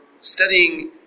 studying